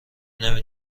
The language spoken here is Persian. نمی